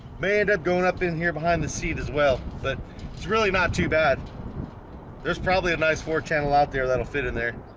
may end up going up in here behind the seat as well, but it's really not too bad there's probably a nice floor channel out there. that'll fit in there